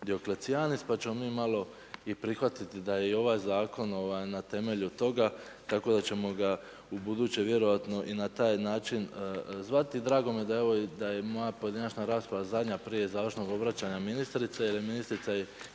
Dioklecianis pa ćemo mi malo i prihvatiti da je i ovaj zakon na temelju toga, tako da ćemo ga ubuduće vjerovatno i na taj način zvati. Drago mi je da je moja pojedinačna rasprava zadnja prije završnog obraćanja ministrice jer je ministrica i